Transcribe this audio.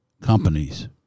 companies